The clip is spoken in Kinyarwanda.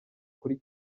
kuri